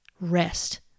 Rest